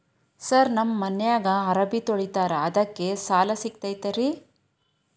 Sir ನಮ್ಮ ಮನ್ಯಾಗ ಅರಬಿ ತೊಳಿತಾರ ಅದಕ್ಕೆ ಸಾಲ ಸಿಗತೈತ ರಿ?